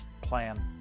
plan